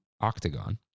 octagon